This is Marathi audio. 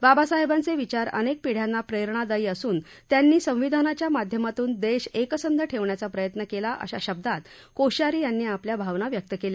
बाबासाहेबांचे विचार अनेक पिढ्यांना प्रेरणादायी असून त्यांनी संविधानाच्या माध्यमातून देश एकसंघ ठेवण्याचा प्रयत्न केला अशा शब्दात कोश्यारी यांनी आपल्या भावना व्यक्त केल्या